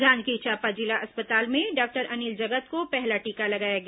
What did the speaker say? जांजगीर चांपा जिला अस्पताल में डॉक्टर अनिल जगत को पहला टीका लगाया गया